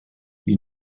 you